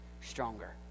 stronger